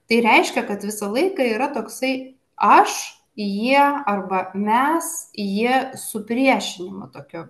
tai reiškia kad visą laiką yra toksai aš jie arba mes jie supriešinimu tokiu